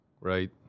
right